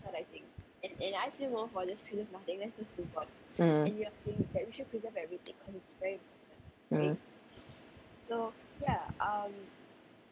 mm mm